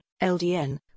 LDN